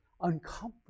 uncomfortable